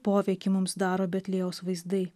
poveikį mums daro betliejaus vaizdai